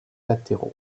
latéraux